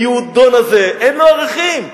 היהודון הזה, אין לו ערכים.